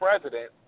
president